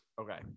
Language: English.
Okay